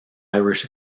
irish